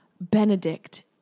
Benedict